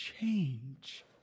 change